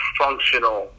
functional